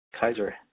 Kaiser